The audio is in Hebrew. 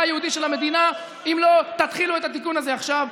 היהודי של המדינה אם לא תתחילו את התיקון הזה עכשיו.